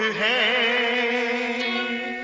a